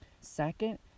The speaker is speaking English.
second